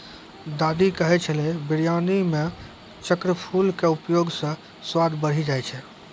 दादी कहै छेलै बिरयानी मॅ चक्रफूल के उपयोग स स्वाद बढ़ी जाय छै